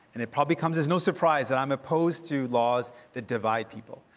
and it probably comes as no surprise that i'm opposed to laws that divide people.